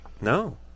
No